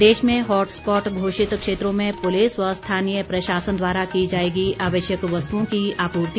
प्रदेश में हॉटस्पॉट घोषित क्षेत्रों में पुलिस व स्थानीय प्रशासन द्वारा की जाएगी आवश्यक वस्तुओं की आपूर्ति